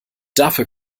dafür